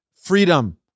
freedom